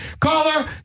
caller